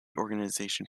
organization